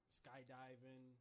skydiving